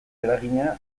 eragina